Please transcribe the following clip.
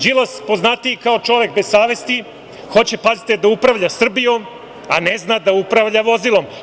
Đilas, poznatiji kao čovek bez savesti hoće, pazite, da upravlja Srbijom, a ne zna da upravlja vozilom.